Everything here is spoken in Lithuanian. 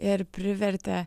ir privertė